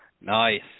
Nice